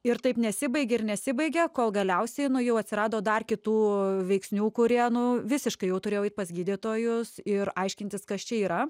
ir taip nesibaigia ir nesibaigia kol galiausiai nu jau atsirado dar kitų veiksnių kurie nu visiškai jau turėjau eit pas gydytojus ir aiškintis kas čia yra